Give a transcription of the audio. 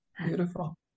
Beautiful